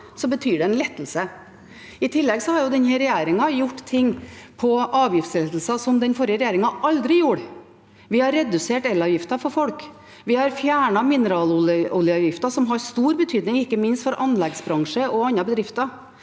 betyr det en lettelse. I tillegg har denne regjeringen gjort ting på avgiftslettelser som den forrige regjeringen aldri gjorde. Vi har redusert elavgiften for folk. Vi har fjernet mineraloljeavgiften, som har stor betydning, ikke minst for anleggsbransjen og andre bedrifter.